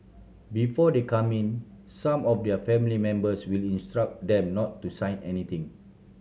before they come in some of their family members will instruct them not to sign anything